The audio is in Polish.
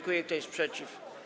Kto jest przeciw?